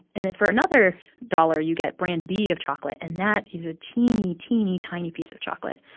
and then for another dollar, you get brand b of chocolate and that is a teeny, teeny, tiny piece of chocolate.